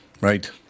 right